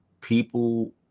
People